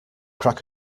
crack